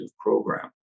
program